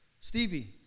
Stevie